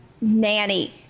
Nanny